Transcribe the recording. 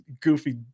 goofy